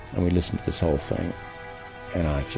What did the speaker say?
and we listened to this whole thing i